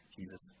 Jesus